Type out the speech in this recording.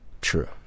True